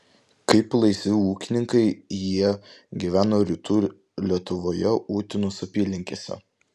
kaip laisvi ūkininkai jie gyveno rytų lietuvoje utenos apylinkėse